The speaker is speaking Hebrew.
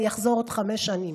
אני אחזור עוד חמש שנים.